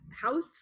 house